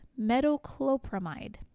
metoclopramide